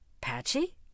Patchy